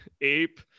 ape